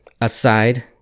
aside